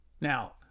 Now